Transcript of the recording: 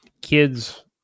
kids